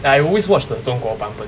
like I always watch the 中国版本